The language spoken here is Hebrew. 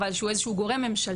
אבל הוא עוד איזשהו גורם ממשלתי,